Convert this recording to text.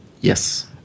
yes